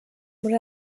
muri